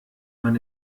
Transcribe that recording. man